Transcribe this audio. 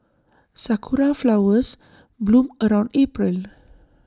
Sakura Flowers bloom around April